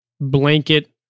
blanket